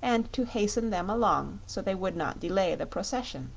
and to hasten them along so they would not delay the procession.